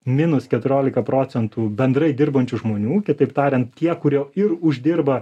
minus keturiolika procentų bendrai dirbančių žmonių kitaip tariant tie kurie ir uždirba